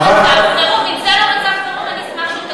כל יום נדקרים פה אנשים, זה מצב חירום.